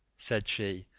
said she,